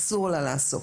אסור לה לעסוק.